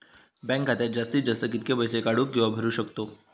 Bank खात्यात जास्तीत जास्त कितके पैसे काढू किव्हा भरू शकतो?